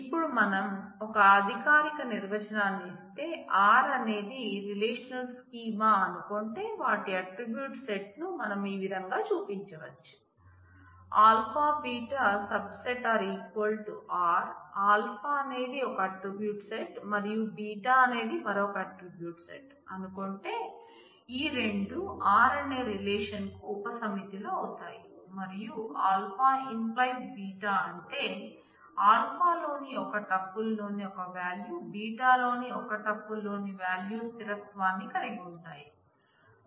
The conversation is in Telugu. ఇప్పుడుమనం ఒక అధికారిక నిర్వచనాన్ని ఇస్తే R అనేది రిలేషనల్ స్కీమా అనుకుంటే వాటి ఆట్రిబ్యూట్ల సెట్ ను మనం ఈ విధంగా చూపించవచ్చు α β ⸦ R α అనేది ఒక ఆట్రిబ్యూట్ సెట్ మరియు β అనేది మరొక ఆట్రిబ్యూట్ సెట్ అనుకుంటే ఈ రెండు R అనే రిలేషన్ కు ఉప సమితులు అవుతాయి మరియు α →β అంటే α లోని ఒక టపుల్ లోని ఒక వాల్యూ β లోని ఒక టపుల్ లోని వాల్యూ స్థిరత్వాన్ని కలిగి ఉంటాయి